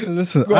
listen